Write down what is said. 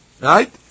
Right